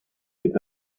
est